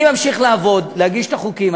אני ממשיך לעבוד, להגיש את החוקים.